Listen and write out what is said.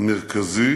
המרכזי